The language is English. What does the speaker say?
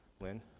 Lynn